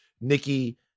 Nikki